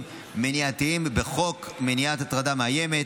מניעתיים בחוק מניעת הטרדה מאיימת,